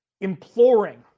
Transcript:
imploring